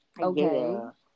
okay